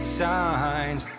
signs